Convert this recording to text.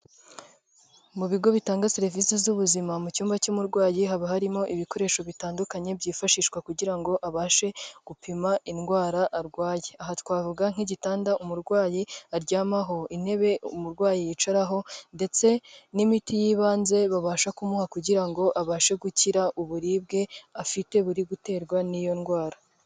Mu bigo bitanga serivisi z'ubuzima mu cyumba cy'umurwayi, haba harimo ibikoresho bitandukanye byifashishwa kugira ngo abashe gupima indwara arwaye. Aha twavuga nk'igitanda umurwayi aryamaho, intebe umurwayi yicaraho ndetse n'imiti y'ibanze babasha kumuha kugira ngo abashe gukira uburibwe afite, buri guterwa n'iyo ndwara.